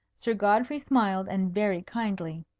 sir godfrey smiled, and very kindly.